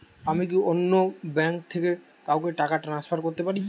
আমি কি অন্য ব্যাঙ্ক থেকে কাউকে টাকা ট্রান্সফার করতে পারি?